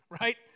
right